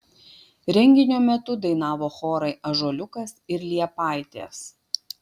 renginio metu dainavo chorai ąžuoliukas ir liepaitės